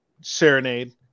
serenade